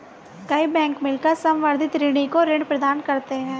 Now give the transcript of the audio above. कई बैंक मिलकर संवर्धित ऋणी को ऋण प्रदान करते हैं